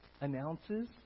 announces